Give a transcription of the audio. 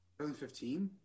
2015